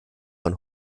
von